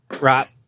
right